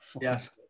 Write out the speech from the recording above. Yes